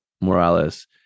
Morales